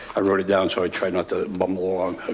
i wrote it down so i try not to mumble along.